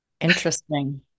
Interesting